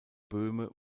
böhme